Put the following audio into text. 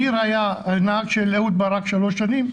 ניר היה הנהג של אהוד ברק שלוש שנים,